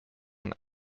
man